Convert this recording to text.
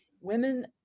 women